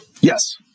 Yes